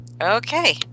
Okay